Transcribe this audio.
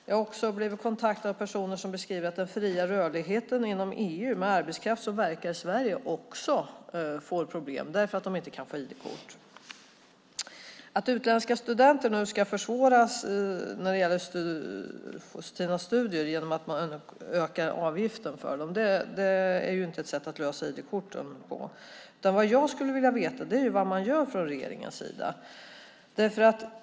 Jag har också blivit kontaktad av personer som beskriver att det även blir problem med den fria rörligheten inom EU med arbetskraft som verkar i Sverige därför att man inte kan få ID-kort. Att utländska studenters studier nu ska försvåras genom att man ökar avgiften för dem är inte ett sätt att lösa problemet med ID-korten. Vad jag skulle vilja veta är vad man gör från regeringens sida.